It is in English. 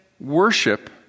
worship